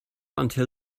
until